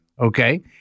Okay